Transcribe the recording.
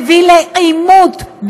מביא לעימות,